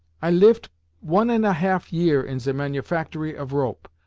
i livet one ant a half year in ze manufactory of rope,